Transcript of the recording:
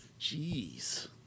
Jeez